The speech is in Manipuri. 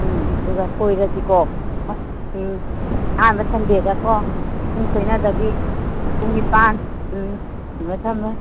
ꯎꯝ ꯑꯗꯨꯒ ꯀꯣꯏꯔꯁꯤꯀꯣ ꯎꯝ ꯑꯍꯥꯟꯕ ꯁꯟꯗꯦꯗꯀꯣ ꯄꯨꯡ ꯁꯣꯏꯅꯗꯕꯤ ꯄꯨꯡ ꯅꯤꯄꯥꯜ ꯎꯝ ꯊꯝꯃꯦ ꯊꯝꯃꯦ